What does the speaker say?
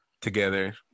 together